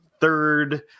third